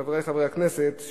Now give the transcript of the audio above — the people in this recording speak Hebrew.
חברי חברי הכנסת,